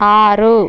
ఆరు